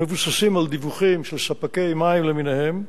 המבוססים על דיווחים של ספקי מים למיניהם,